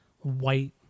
white